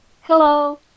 Hello